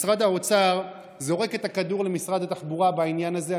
משרד האוצר זורק את הכדור למשרד התחבורה בעניין הזה,